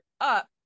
up